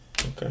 Okay